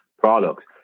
products